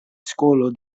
skolo